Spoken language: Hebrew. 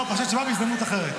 לא, פרשת שבוע בהזדמנות אחרת.